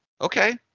Okay